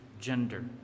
gender